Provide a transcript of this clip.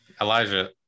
Elijah